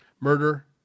Murder